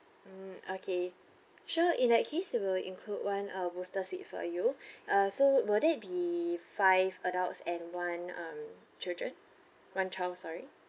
mm okay sure in that case we will include one uh booster seat for you uh so will there be five adults and one um children one child sorry